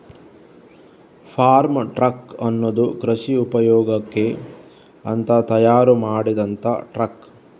form truck ಅನ್ನುದು ಕೃಷಿ ಉಪಯೋಗಕ್ಕೆ ಅಂತ ತಯಾರು ಮಾಡಿದಂತ ಟ್ರಕ್